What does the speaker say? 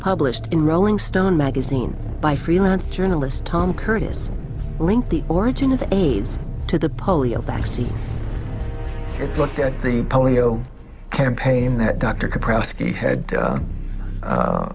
published in rolling stone magazine by freelance journalist tom curtis linked the origin of aids to the polio vaccine it looked at the polio campaign that dr